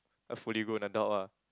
a fully grown adult ah